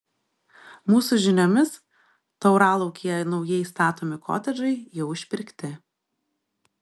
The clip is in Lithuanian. mūsų žiniomis tauralaukyje naujai statomi kotedžai jau išpirkti